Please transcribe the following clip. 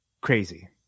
crazy